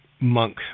Monk